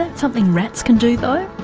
ah something rats can do though?